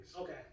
Okay